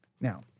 Now